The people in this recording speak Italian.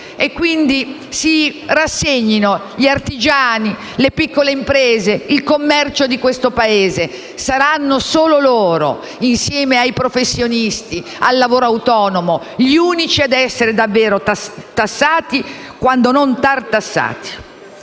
Quindi si rassegnino gli artigiani, le piccole imprese e il commercio di questo Paese; saranno solo loro, insieme ai professionisti e al lavoro autonomo, gli unici ad essere davvero tassati, quando non tartassati.